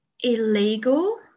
illegal